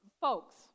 folks